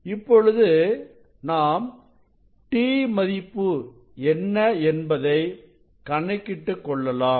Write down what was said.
இப்பொழுது நாம் t மதிப்பு என்ன என்பதை கணக்கிட்டுக் கொள்ளலாம்